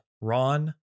Ron